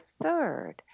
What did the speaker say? third